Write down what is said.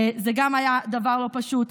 זה גם היה דבר לא פשוט.